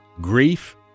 Grief